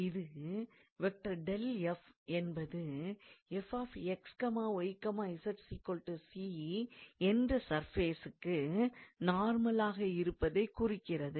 இது என்பது என்ற சர்ஃபேசிற்கு நர்மலாக இருப்பதைக் குறிக்கிறது